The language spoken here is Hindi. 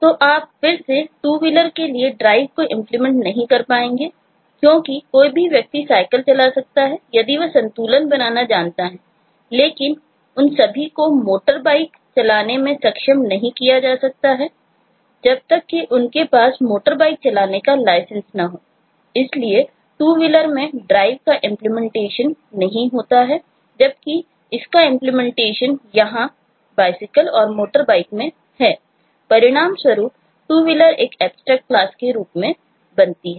तो आप फिर से TwoWheeler के लिए drive के रूप में बनती है